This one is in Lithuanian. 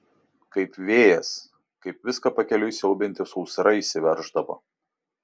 kaip vėjas kaip viską pakeliui siaubianti sausra įsiverždavo